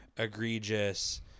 Egregious